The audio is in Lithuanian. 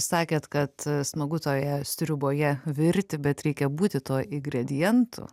sakėt kad smagu toje sriuboje virti bet reikia būti tuo ingredientu